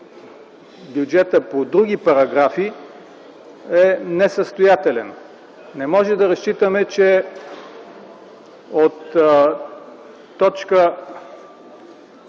бюджета по други параграфи, е несъстоятелен. Не можем да разчитаме, че от т.